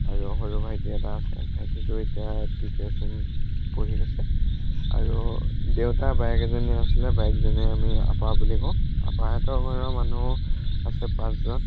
আৰু সৰু ভাইটি এটা আছে ভাইটিটো এতিয়া তৃতীয় শ্ৰেণীত পঢ়ি আছে আৰু দেউতাৰ বায়েক এজনীও আছিলে বায়েকজনী আমি আপা বুলি কওঁ আপাহঁতৰ ঘৰৰ মানুহ আছে পাঁচজন